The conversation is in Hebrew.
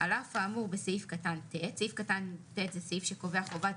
על אף האמור בסעיף (ט) זהו סעיף שקובע שחובת